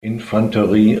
infanterie